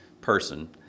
person